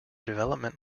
development